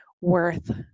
worth